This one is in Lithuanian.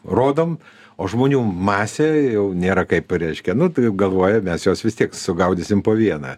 rodom o žmonių masė jau nėra kaip reiškia nu tai galvoja mes juos vis tiek sugaudysim po vieną